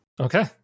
Okay